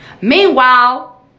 Meanwhile